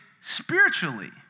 spiritually